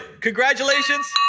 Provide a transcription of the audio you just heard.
Congratulations